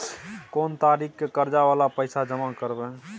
कोन तारीख के कर्जा वाला पैसा जमा करबे?